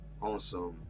awesome